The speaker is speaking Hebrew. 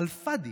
על פאדי.